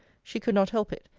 she could not help it,